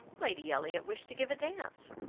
lady elliott wished to give a dance.